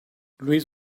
luis